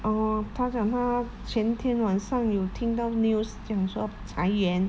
uh 她讲她前天晚上有听到 news 讲说裁员